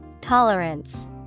Tolerance